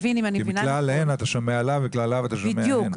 מכלל הן אתה שומע לאו ומכלל לאו אתה שומע הן.